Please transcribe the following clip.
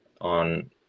on